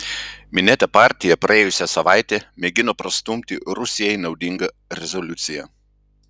minėta partija praėjusią savaitę mėgino prastumti rusijai naudingą rezoliuciją